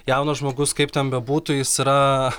jaunas žmogus kaip ten bebūtų jis yra